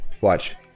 Watch